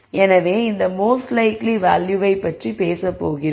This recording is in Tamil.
எனவே இந்த மோஸ்ட் லைக்லி வேல்யூவை பற்றி பேசப் போகிறோம்